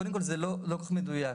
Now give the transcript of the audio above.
קודם כל, זה לא כל כך מדויק.